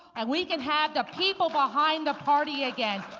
and we can have the people behind the party again.